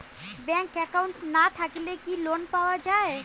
Bank account না থাকিলে কি লোন পাওয়া য়ায়?